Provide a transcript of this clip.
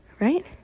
Right